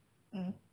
um